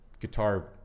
guitar